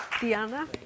Diana